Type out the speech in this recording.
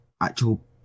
actual